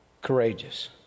courageous